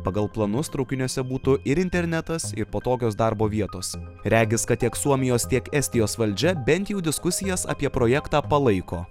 pagal planus traukiniuose būtų ir internetas ir patogios darbo vietos regis kad tiek suomijos tiek estijos valdžia bent jau diskusijas apie projektą palaiko